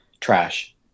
Trash